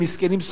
ומסכנים,